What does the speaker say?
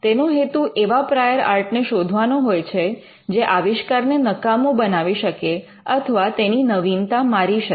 તેનો હેતુ એવા પ્રાયોર આર્ટ ને શોધવાનો હોય છે જે આવિષ્કાર ને નકામો બનાવી શકે અથવા તેની નવીનતા મારી શકે